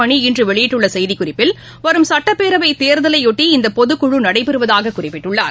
மணி இன்று வெளியிட்டுள்ள செய்திக்குறிப்பில் வரும் சட்டப்பேரவை தேர்தலையொட்டி இந்த பொதுக்குழு நடைபெறுவதாக குறிப்பிட்டுள்ளார்